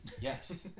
Yes